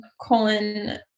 colon